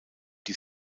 die